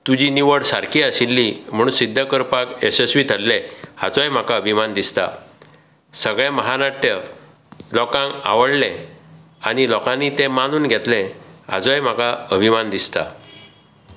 तुजी निवड सारकी आशिल्ली म्हूण सिद्ध करपाक यशस्वी थरले हाचोय म्हाका अभिमान दिसता सगळें म्हानाट्य लोकांक आवडलें आनी लोकानीं ते मानून घेतले हाचोय म्हाका अभिमान दिसता